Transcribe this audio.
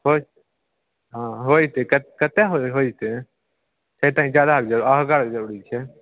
होइ हँ होइ छै क कतेक होइ होइ छै से तऽ जादा जरूरी अहगर जरूरी छै